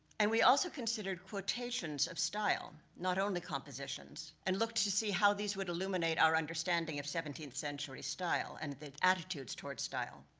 and we also considered quotations of style, not only compositions, and looked to see how these would illuminate our understanding of seventeenth century style, and that attitudes towards style.